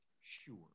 Sure